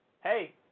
Hey